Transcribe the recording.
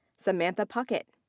samantha puckett.